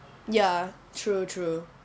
ya true true